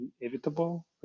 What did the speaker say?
inevitable